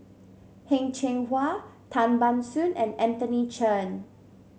Heng Cheng Hwa Tan Ban Soon and Anthony Chen